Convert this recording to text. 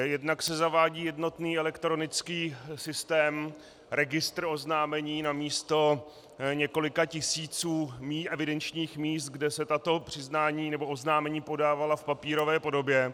Jednak se zavádí jednotný elektronický systém registr oznámení namísto několika tisíců evidenčních míst, kde se tato přiznání nebo oznámení podávala v papírové podobě.